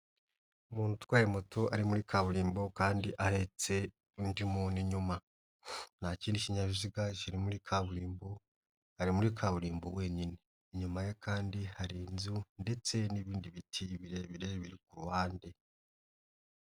Umuntu utwaye moto ari muri kaburimbo kandi ahetse undi muntu, inyuma nta kindi kinyabiziga kiri muri kaburimbo, ari muri kaburimbo wenyine. Inyuma ye hari inzu ndetse n'ibindi biti birebire biri kuruhande.